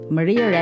Maria